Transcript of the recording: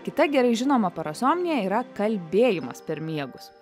kita gerai žinoma parasomnija yra kalbėjimas per miegus